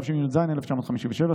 התשי"ד 1954,